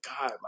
God